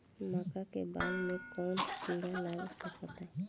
मका के बाल में कवन किड़ा लाग सकता?